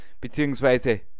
beziehungsweise